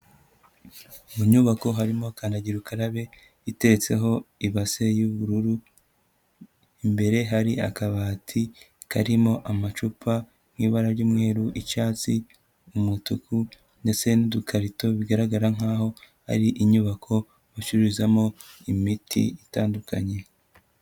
Mu nyubako harimo akandagira ukarabe itetseho ibase y'ubururu, imbere hari akabati karimo amacupa nk'ibara ry'umweru, icyatsi, umutuku ndetse n'udukarito, bigaragara nkaho ari inyubako bacururizamo imiti itandukanye.